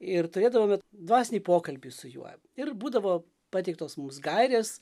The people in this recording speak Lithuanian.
ir turėdavome dvasinį pokalbį su juo ir būdavo pateiktos mums gairės